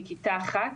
מכיתה אחת,